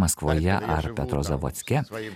maskvoje ar petrozavodske